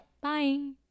Bye